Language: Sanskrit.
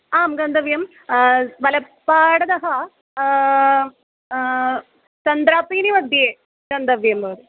आं गन्तव्यं बलप्पाडतः चन्द्रापीरिमध्ये गन्तव्यं भवति